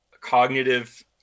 cognitive